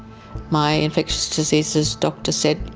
my infectious diseases doctor said,